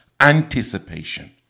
Anticipation